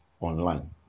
online